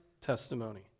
testimony